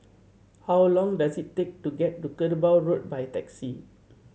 how long does it take to get to Kerbau Road by taxi